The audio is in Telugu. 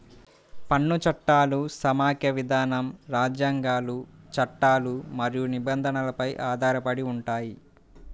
పన్ను చట్టాలు సమాఖ్య విధానం, రాజ్యాంగాలు, చట్టాలు మరియు నిబంధనలపై ఆధారపడి ఉంటాయి